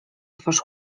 twarz